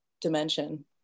dimension